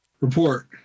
Report